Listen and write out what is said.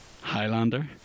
highlander